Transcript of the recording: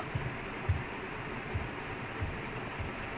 you can't tell lah but I quite happy also ah